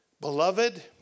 beloved